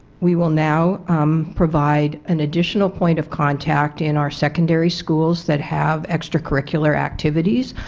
we will now provide an additional point of contact in our secondary schools that have extracurricular activities.